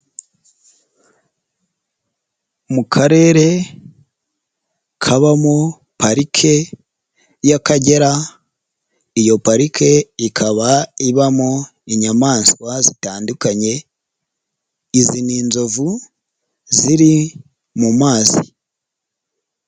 Mu karere kabamo parike y'Akagera, iyo parike ikaba ibamo inyamaswa zitandukanye. Izi ni inzovu ziri mu mazi.